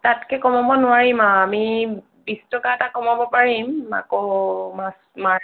তাতকে কমাব নোৱাৰিম আৰু আমি বিছ টকা এটা কমাব পাৰিম আকৌ মাছ মাছ